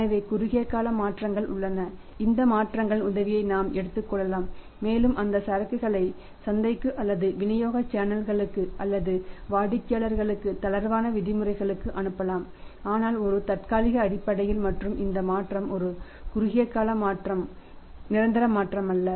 எனவே குறுகிய கால மாற்றங்கள் உள்ளன இந்த மாற்றங்களின் உதவியை நாம் எடுத்துக் கொள்ளலாம் மேலும் அந்த சரக்குகளை சந்தைக்கு அல்லது விநியோக சேனல்களுக்கு அல்லது வாடிக்கையாளர்களுக்கு தளர்வான விதிமுறைகளுக்கு அனுப்பலாம் ஆனால் ஒரு தற்காலிக அடிப்படையில் மற்றும் இந்த மாற்றம் ஒரு குறுகிய கால மாற்றம் நிரந்தர மாற்றம் அல்ல